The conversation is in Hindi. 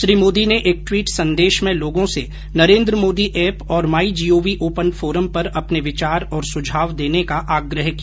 श्री मोदी ने एक ट्वीट संदेश में लोगों से नरेन्द्र मोदी ऐप और my G O V open forum पर अपने विचार और सुझाव देने का आग्रह किया